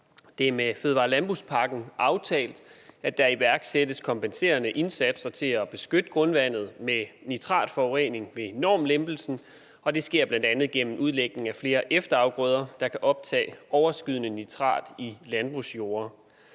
Det er med fødevare- og landbrugspakken aftalt, at der iværksættes kompenserende indsatser til at beskytte grundvandet mod nitratforurening ved normlempelsen. Det sker bl.a. gennem udlægning af flere efterafgrøder, der kan optage overskydende nitrat i landbrugsjord,